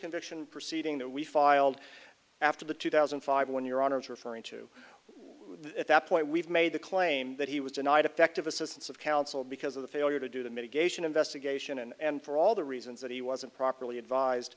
conviction proceeding that we filed after the two thousand and five one your honor is referring to at that point we've made the claim that he was denied effective assistance of counsel because of the failure to do the mitigation investigation and for all the reasons that he wasn't properly advised